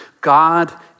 God